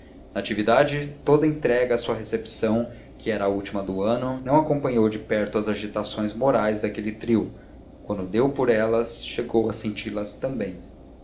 natividade toda entregue à sua recepção que era a última do ano não acompanhou de perto as agitações morais daquele trio quando deu por elas chegou a senti las também